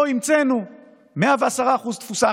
פה המצאנו 110% תפוסה.